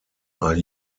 are